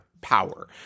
power